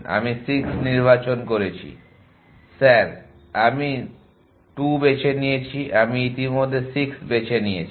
আমি 6 নির্বাচন করেছি স্যার আমি 2 বেছে নিয়েছি আমি ইতিমধ্যে 6 বেছে নিয়েছি